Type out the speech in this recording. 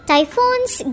Typhoons